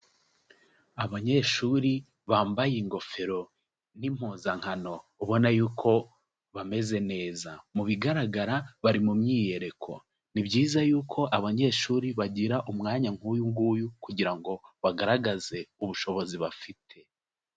Abanyeshuri bambaye ingofero n'impuzankano, ubona yuko bameze neza; mu bigaragara, bari mu myiyereko. Ni byiza yuko abanyeshuri bagira umwanya nk'uyu nguyu kugira ngo bagaragaze ubushobozi bafite.